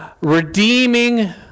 redeeming